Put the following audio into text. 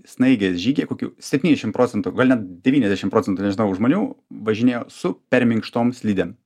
snaigės žygyje kokių septyndešim procentų gal net devyniasdešim procentų nežinau žmonių važinėjo su per minkštom slidėm